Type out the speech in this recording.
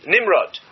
Nimrod